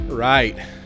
Right